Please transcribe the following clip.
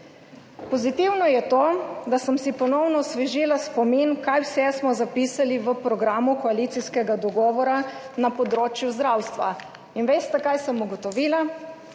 Pozitivno je to, da sem si ponovno osvežila spomin, kaj vse smo zapisali v programu koalicijskega dogovora na področju zdravstva. In veste, kaj sem ugotovila?